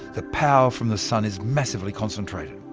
the power from the sun is massively concentrated.